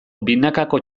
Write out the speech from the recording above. binakako